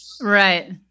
Right